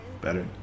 better